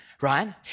right